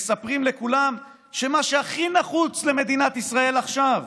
מספרים לכולם שמה שהכי נחוץ למדינת ישראל עכשיו,